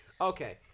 Okay